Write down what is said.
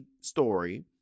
story